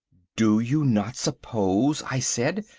do you not suppose, i said,